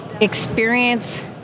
experience